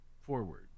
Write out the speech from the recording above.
forward